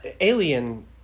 alien